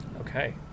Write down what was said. okay